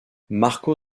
marco